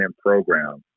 program